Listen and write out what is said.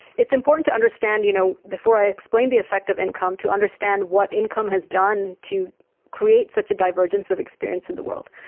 it's important to understand you know before i explain the effect of income, to understand what income has done to create such a divergence of experience in the world.